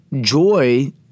joy